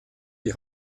die